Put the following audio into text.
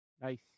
Nice